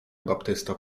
baptysta